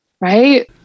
Right